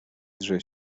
drze